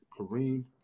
Kareem